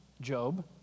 Job